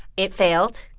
it failed.